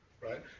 Right